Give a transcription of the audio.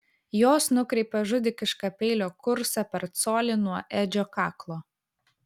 jos nukreipė žudikišką peilio kursą per colį nuo edžio kaklo